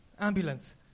ambulance